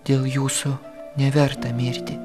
dėl jūsų neverta mirti